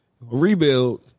rebuild